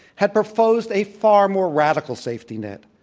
had proposed a far more radical safety net,